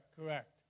Correct